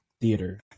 theater